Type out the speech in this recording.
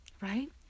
Right